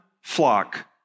flock